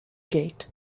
gate